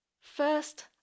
First